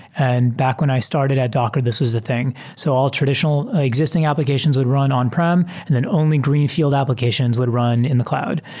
and back when i started at docker, this was the thing. so all traditional exis ting applications would run on-prem and then only greenfield applications would run in the cloud.